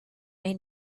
may